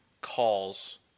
calls